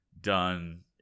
done